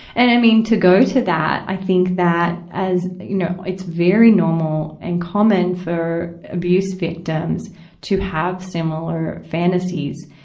and, i mean, to go to that, i think that, as, you know, it's very normal and common for abuse victims to have similar fantasies.